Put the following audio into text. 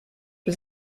was